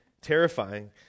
terrifying